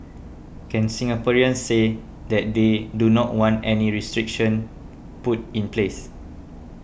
can Singaporeans say that they do not want any restriction put in place